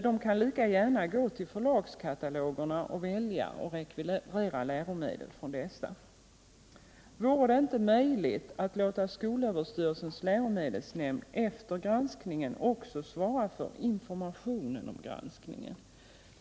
De kan lika gärna gå till förlagskatalogerna och välja samt rekvirera läromedel. Vore det inte möjligt att låta skolöverstyrelsens läromedelsnämnd efter gransk ningen också svara för informationen om granskningen?